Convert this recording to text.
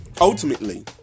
ultimately